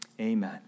Amen